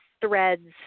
threads